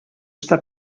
está